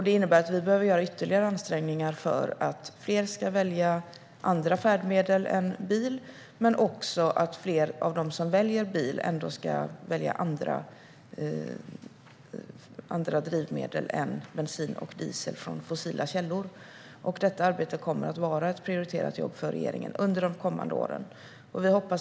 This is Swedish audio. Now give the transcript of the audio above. Det innebär att vi behöver göra ytterligare ansträngningar för att fler ska välja andra färdmedel än bil men också för att fler av dem som väljer bil ändå ska välja andra drivmedel än bensin och diesel från fossila källor. Detta arbete kommer att vara prioriterat för regeringen under de kommande åren.